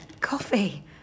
coffee